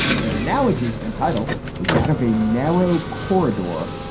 their analogy and title is that of a narrow corridor.